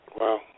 Wow